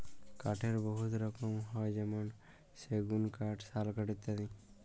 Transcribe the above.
কাঠের বহুত রকম হ্যয় যেমল সেগুল কাঠ, শাল কাঠ ইত্যাদি